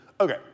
Okay